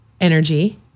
Energy